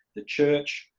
the church,